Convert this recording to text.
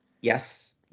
Yes